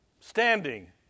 standing